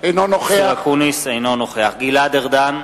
אינו נוכח גלעד ארדן,